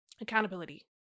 accountability